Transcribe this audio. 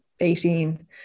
18